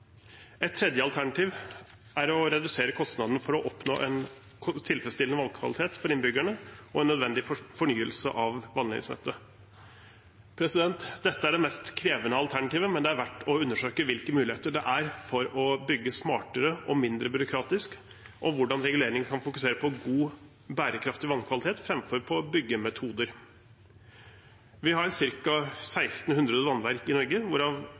Et tredje alternativ er å redusere kostnadene for å oppnå en tilfredsstillende vannkvalitet for innbyggerne og en nødvendig fornyelse av vannledningsnettet. Dette er det mest krevende alternativet, men det er verdt å undersøke hvilke muligheter det er for å bygge smartere og mindre byråkratisk, og hvordan reguleringene kan fokusere på god og bærekraftig vannkvalitet framfor på byggemetoder. Vi har ca. 1 600 vannverk i Norge, hvorav